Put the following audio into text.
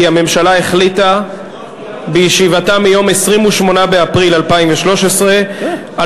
כי הממשלה החליטה בישיבתה ביום 28 באפריל 2013 על